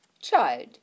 Child